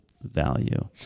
value